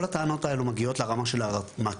כל הטענות האלה מגיעות לרמה של המטה,